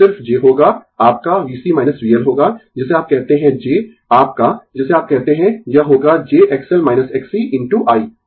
यह सिर्फ j होगा आपका VC VL होगा जिसे आप कहते है j आपका जिसे आप कहते है यह होगा j XL Xc into I